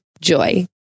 Joy